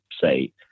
say